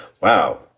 Wow